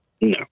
No